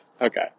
Okay